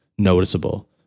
Noticeable